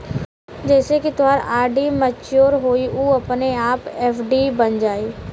जइसे ही तोहार आर.डी मच्योर होइ उ अपने आप एफ.डी बन जाइ